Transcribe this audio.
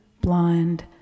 blind